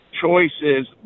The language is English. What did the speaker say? choices